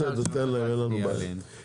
בסדר תן להם אין לנו בעיה.